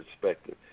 perspective